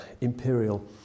imperial